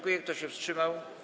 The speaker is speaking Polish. Kto się wstrzymał?